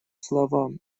слова